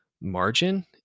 margin